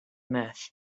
myth